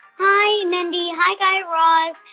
hi, mindy. hi, guy raz.